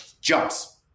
jumps